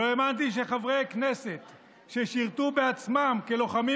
לא האמנתי שחברי כנסת ששירתו בעצמם כלוחמים